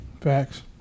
Facts